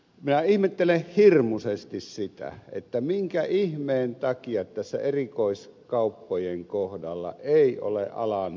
minä ihmettelen hirmuisesti sitä minkä ihmeen takia tässä erikoiskauppojen kohdalla ei ole alan yrittäjiä kuunneltu